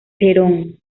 perón